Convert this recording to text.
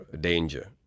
danger